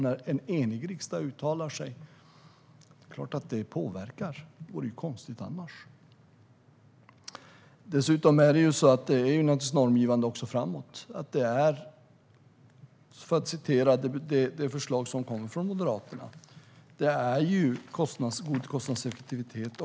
När en enig riksdag uttalar sig är det klart att det påverkar; det vore konstigt annars. Det är också normgivande framåt. Det är, för att citera det förslag som kommer från Moderaterna, god kostnadseffektivitet.